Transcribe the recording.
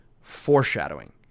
foreshadowing